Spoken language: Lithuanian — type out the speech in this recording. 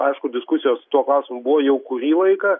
aišku diskusijos tuo klausimu buvo jau kurį laiką